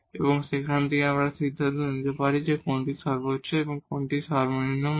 এবং সেখান থেকে আমরা সিদ্ধান্ত নিতে পারি কোনটি মাক্সিমাম এবং কোনটি মিনিমাম মান